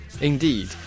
Indeed